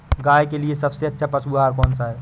गाय के लिए सबसे अच्छा पशु आहार कौन सा है?